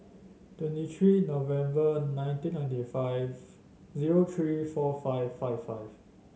twenty three November nineteen ninety five zero three four five five five